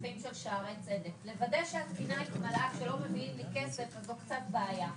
שקלים בחקיקה למודל תמרוץ ושיפור האיכות והשירות במחלקות